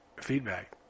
feedback